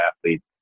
athletes